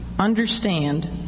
understand